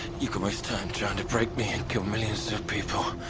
you can waste time trying to break me and kill millions of people.